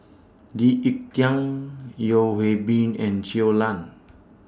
Lee Ek Tieng Yeo Hwee Bin and Chuo Lan